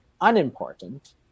unimportant